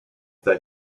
they